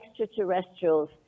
extraterrestrials